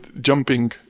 jumping